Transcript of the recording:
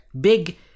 Big